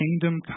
kingdom